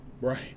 Right